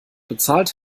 bezahlt